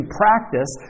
practice